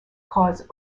cause